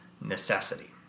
necessity